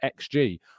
XG